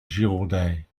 girondins